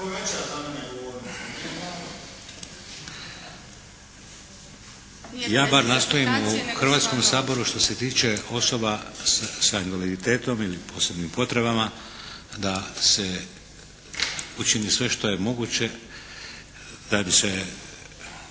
Ja bar nastojim u Hrvatskom saboru što se tiče osoba sa invaliditetom ili posebnim potrebama da se učini sve što je moguće da bi se